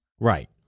Right